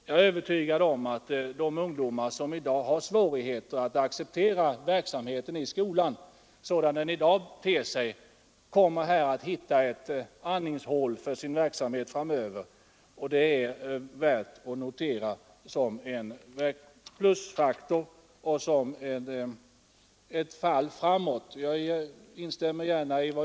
Jag är övertygad om att de ungdomar som har svårt att acceptera verksamheten i skolan, sådan den i dag ter sig, kommer att hitta ett andningshål, genom den utökning av praktiska inslag i skolan som så väl behövs. Det är värt att notera som en plusfaktor, som ett fall framåt.